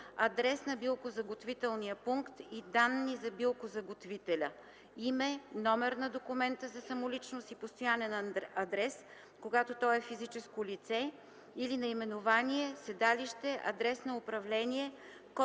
адрес на билкозаготвителния пункт и данни за билкозаготвителя – име, номер на документа за самоличност и постоянен адрес, когато той е физическо лице, или наименование, седалище, адрес на управление,